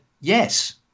yes